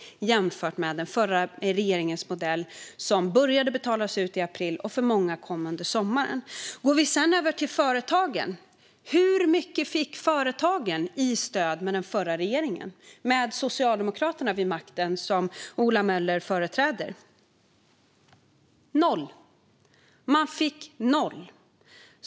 Det kan jämföras med den förra regeringens modell enligt vilken det skulle börja betalas ut i april och för många under kommande sommar. Vi kan också gå över till företagen. Hur mycket skulle företagen få i stöd med den förra regeringens modell, med Socialdemokraterna, som Ola Möller företräder, vid makten? Noll - man skulle få noll.